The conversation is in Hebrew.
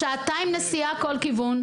לפעמים שעתיים נסיעה לכל כיוון.